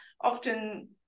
often